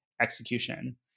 execution